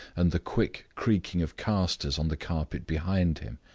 and the quick creaking of casters on the carpet behind him.